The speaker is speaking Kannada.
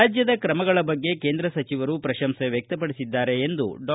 ರಾಜ್ಯದ ತ್ರಮಗಳ ಬಗ್ಗೆ ಕೇಂದ್ರ ಸಚಿವರು ಪ್ರಶಂಸೆ ವ್್ರಕ್ತಪಡಿಸಿದ್ದಾರೆ ಎಂದು ಡಾ